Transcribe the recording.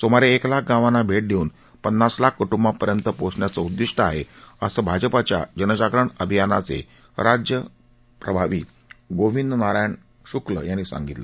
सुमारे एक लाख गावांना भेट देऊन पन्नास लाख कुटुंबापर्यंत पोचण्याचं उद्दिष्ट आहे असं भाजपाच्या जनजागरण अभियानाचे राज्यप्रभारी गोविंद नारायण शुक्ल यांनी सांगितलं